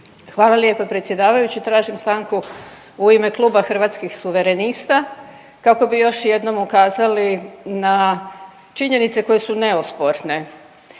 Hvala lijepa predsjedavajući. Tražim stanku u ime kluba Hrvatskih suverenista kako bi još jednom ukazali na činjenice koje su neosporne.